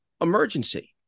emergency